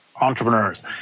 entrepreneurs